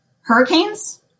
hurricanes